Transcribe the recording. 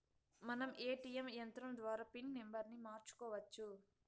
మనం ఏ.టీ.యం యంత్రం ద్వారా పిన్ నంబర్ని మార్చుకోవచ్చు